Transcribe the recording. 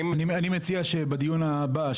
אני מציע שבדיון הבא,